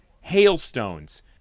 Hailstones